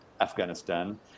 Afghanistan